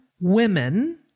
women